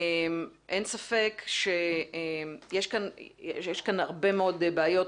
אין ספק שיש כאן הרבה מאוד בעיות,